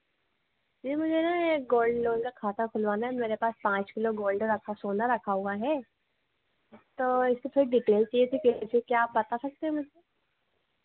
जी मुझे ना एक गोल्ड लोन का खाता खुलवाना है मेरे पास पाँच किलो गोल्ड रखा सोना रखा हुआ है तो इसपे थोड़ी डीटेल चाहिए थी कैसे क्या आप बता सकते हैं मेरे को